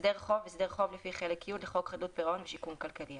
"הסדר חוב" הסדר חוב לפי חלק י' לחוק חדלות פירעון ושיקום כלכלי,